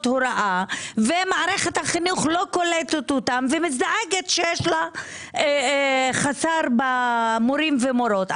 הוראה ומערכת החינוך לא קולטת אותן ומזדעקת שיש לה חסר במורים ומורות.